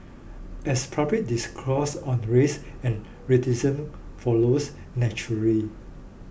as public discourse on race and racism follows naturally